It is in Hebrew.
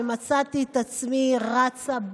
ומצאתי את עצמי רצה,